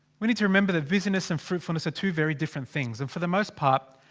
we need to remember that busyness and fruitfulness are two very different. things and for the most part.